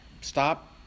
stop